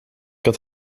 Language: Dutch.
had